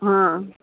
ಹಾಂ